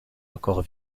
encore